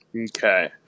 okay